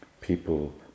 people